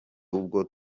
ubwo